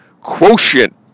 quotient